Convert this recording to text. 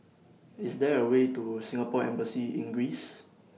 IS There A Way to Singapore Embassy in Greece